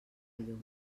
llum